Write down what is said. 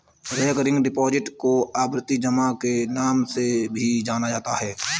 recurring deposit को आवर्ती जमा के नाम से भी जाना जाता है